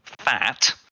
fat